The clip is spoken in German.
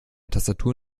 tastatur